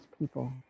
people